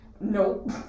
nope